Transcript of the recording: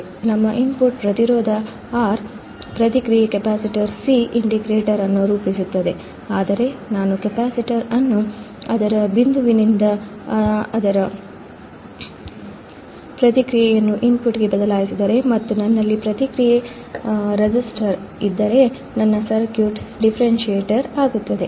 ನಮ್ಮ ಇನ್ಪುಟ್ ಪ್ರತಿರೋಧ R ಪ್ರತಿಕ್ರಿಯೆ ಕೆಪಾಸಿಟರ್ ಸಿ ಇಂಟಿಗ್ರೇಟರ್ ಅನ್ನು ರೂಪಿಸುತ್ತದೆ ಆದರೆ ನಾನು ಕೆಪಾಸಿಟರ್ ಅನ್ನು ಅದರ ಬಿಂದುವಿನಿಂದ ಅದರ ಪ್ರತಿಕ್ರಿಯೆಯನ್ನು ಇನ್ಪುಟ್ಗೆ ಬದಲಾಯಿಸಿದರೆ ಮತ್ತು ನನ್ನಲ್ಲಿ ಪ್ರತಿಕ್ರಿಯೆ ರೆಸಿಸ್ಟರ್ ಇದ್ದರೆ ನನ್ನ ಸರ್ಕ್ಯೂಟ್ ಡಿಫರೆನ್ಷಿಯೇಟರ್ ಆಗುತ್ತದೆ